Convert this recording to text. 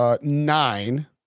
Nine